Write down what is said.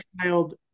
child